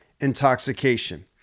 intoxication